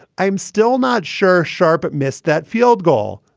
i'm still not sure schaap but missed that field goal,